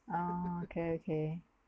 oh okay okay